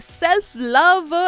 self-love